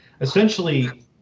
essentially